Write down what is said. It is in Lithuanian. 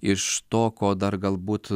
iš to ko dar galbūt